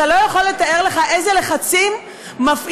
אתה לא יכול לתאר לך איזה לחצים מפעילים